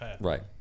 right